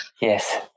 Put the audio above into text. Yes